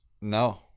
No